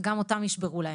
וגם אותן ישברו להם.